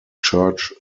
church